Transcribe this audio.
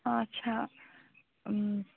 اَچھا